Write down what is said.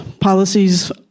Policies